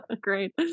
great